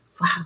wow